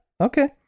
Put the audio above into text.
Okay